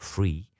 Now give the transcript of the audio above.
Free